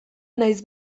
nahiz